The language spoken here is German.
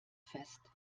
fest